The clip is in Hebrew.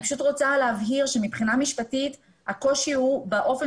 אני פשוט רוצה להבהיר שמבחינה משפטית הוא באופן